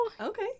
Okay